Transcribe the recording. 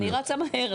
אני רצה מהר.